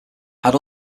had